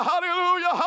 hallelujah